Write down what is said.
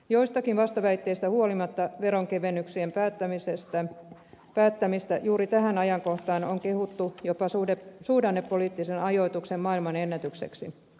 joistakin vastaväitteistä huolimatta veronkevennyksien päättämistä juuri tähän ajankohtaan on kehuttu jopa suhdannepoliittisen ajoituksen maailmanennätykseksi